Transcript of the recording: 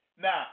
Now